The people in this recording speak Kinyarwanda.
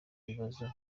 ibibazo